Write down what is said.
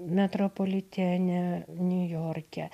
metropolitene niujorke